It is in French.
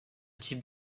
type